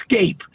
escape